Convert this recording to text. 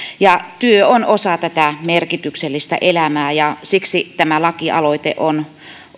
työ on osa tätä merkityksellistä elämää ja siksi tämä lakialoite on